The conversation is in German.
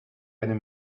eine